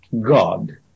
God